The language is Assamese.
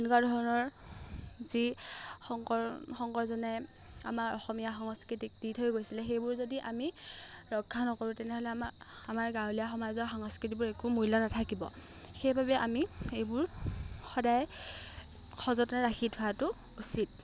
এনেকুৱা ধৰণৰ যি শংকৰ শংকৰজনাই আমাৰ অসমীয়া সংস্কৃতিক দি থৈ গৈছিলে সেইবোৰ যদি আমি ৰক্ষা নকৰোঁ তেনেহ'লে আমা আমাৰ গাঁৱলীয়া সমাজৰ সংস্কৃতিবোৰ একো মূল্য নাথাকিব সেইবাবে আমি এইবোৰ সদায় সযতনে ৰাখি থোৱাটো উচিত